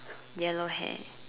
yellow hair